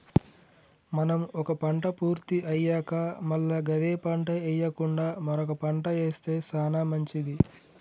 మనం ఒక పంట పూర్తి అయ్యాక మల్ల గదే పంట ఎయ్యకుండా మరొక పంట ఏస్తె సానా మంచిది